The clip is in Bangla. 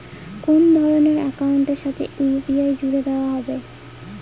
কোন ধরণের অ্যাকাউন্টের সাথে ইউ.পি.আই জুড়ে দেওয়া যাবে?